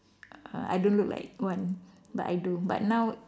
I don't look like one but I do but now